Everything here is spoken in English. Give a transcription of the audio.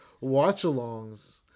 watch-alongs